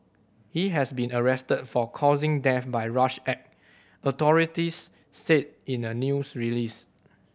he has been arrested for causing death by rash act authorities said in a news release